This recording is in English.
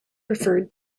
referred